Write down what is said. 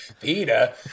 Peter